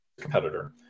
competitor